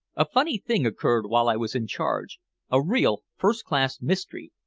a funny thing occurred while i was in charge a real first-class mystery.